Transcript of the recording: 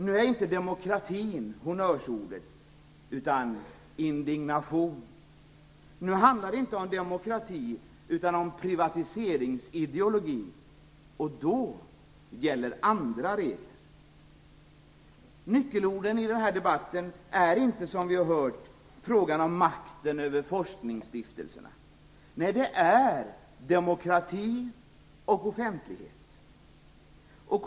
Då är inte demokrati honnörsordet utan indignation. Nu handlar det inte om demokrati utan om privatiseringsideologi, och då gäller andra regler. Nyckelorden i den här debatten är inte, som vi har hört, frågan om makten över forskningsstiftelserna. Nej, det är demokrati och offentlighet.